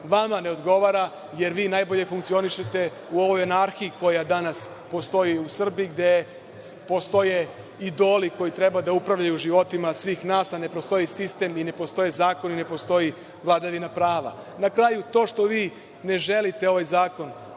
vama ne odgovara, jer vi najbolje funkcionišete u ovoj anarhiji koja danas postoji u Srbiji, gde postoje idoli koji treba da upravljaju životima svih nas, a ne postoji sistem i ne postoje zakoni, ne postoji vladavina prava. Na kraju, to što vi ne želite ovaj zakon